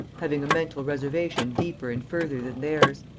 having a mental reservation deeper and further than theirs.